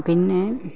പിന്നെ